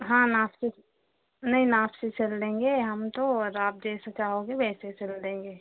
हाँ नाप से नहीं नाप से सिल लेंगे हम तो और आप जैसे चाहोगे वैसे सिल देंगे